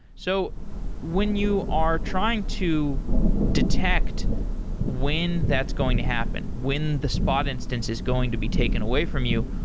so when you are trying to detect when that's going to happen, when the spot instance is going to be taken away from you,